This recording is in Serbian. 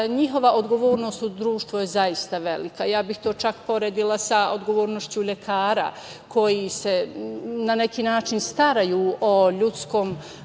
njihova odgovornost u društvu je zaista velika. Ja bih to čak poredila sa odgovornošću lekara koji se na neki način staraju o ljudskim